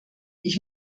ich